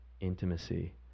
intimacy